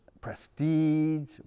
prestige